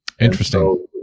Interesting